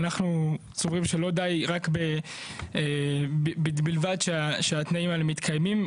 אנחנו סבורים שלא די רק בלבד שהתנאים האלה מתקיימים,